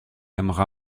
aimera